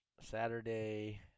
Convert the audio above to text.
Saturday